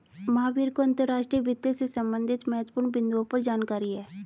महावीर को अंतर्राष्ट्रीय वित्त से संबंधित महत्वपूर्ण बिन्दुओं पर जानकारी है